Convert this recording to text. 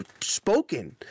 spoken